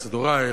את סידורייך.